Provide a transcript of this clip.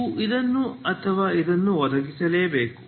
ನೀವು ಇದನ್ನು ಅಥವಾ ಇದನ್ನು ಒದಗಿಸಬೇಕು